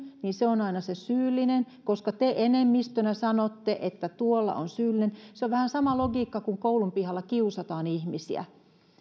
on aina syyllinen koska te enemmistönä sanotte että tuolla on syyllinen se on vähän sama logiikka kun koulun pihalla kiusataan ihmisiä